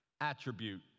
attribute